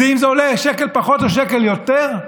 אם זה עולה שקל פחות שקל יותר?